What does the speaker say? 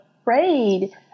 afraid